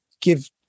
give